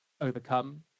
overcome